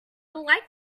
like